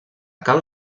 cal